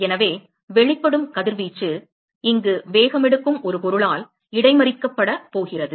எனவே வெளிப்படும் கதிர்வீச்சு இங்கு வேகமெடுக்கும் ஒரு பொருளால் இடைமறிக்கப்பட போகிறது